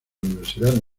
universidad